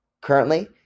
Currently